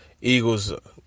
Eagles